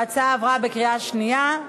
ההצעה עברה בקריאה שנייה.